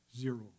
Zero